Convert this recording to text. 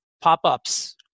pop-ups